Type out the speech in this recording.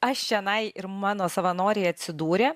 aš čionai ir mano savanoriai atsidūrė